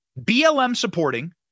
BLM-supporting